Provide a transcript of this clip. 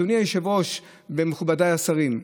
אדוני היושב-ראש, מכובדיי השרים,